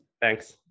thanks